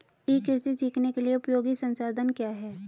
ई कृषि सीखने के लिए उपयोगी संसाधन क्या हैं?